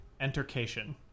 Entercation